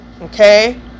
Okay